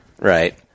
right